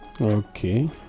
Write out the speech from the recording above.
Okay